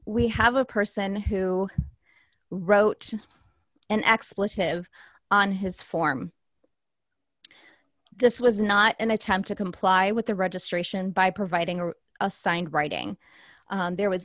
we have a person who wrote an expletive on his form this was not an attempt to comply with the registration by providing an assigned writing there was